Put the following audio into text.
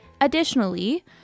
Additionally